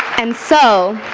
and so,